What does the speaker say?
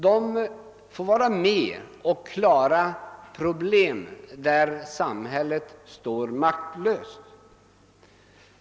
De får vara med och klara problem där samhället står maktlöst.